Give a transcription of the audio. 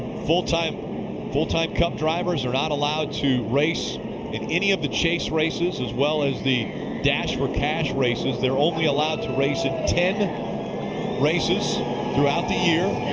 full-time full-time cup drivers are not allowed to race in any of the chase races as well as the dash for cash races. they're only allowed to race in ten races through jot the year.